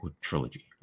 trilogy